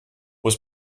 was